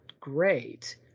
Great